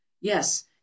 Yes